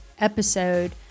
episode